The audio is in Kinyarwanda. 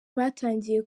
batangiye